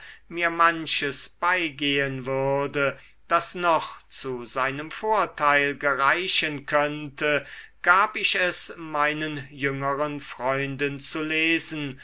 mir manches beigehen würde das noch zu seinem vorteil gereichen könnte gab ich es meinen jüngeren freunden zu lesen